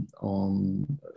on